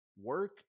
work